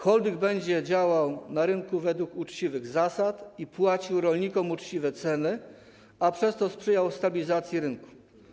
Holding będzie działał na rynku według uczciwych zasad i płacił rolnikom uczciwe ceny, a przez to sprzyjał stabilizacji rynku.